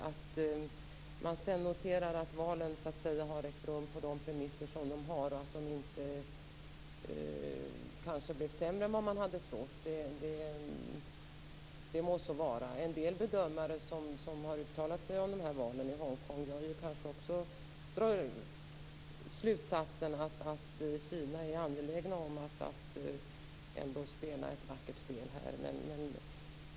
Det må så vara att man sedan noterar att valen har ägt rum på dessa premisser och att de kanske blev sämre än vad man hade trott. En del bedömare som har uttalat sig om valen i Hong Kong drar också slutsatsen att Kina är angeläget om att ändå spela ett vackert spel.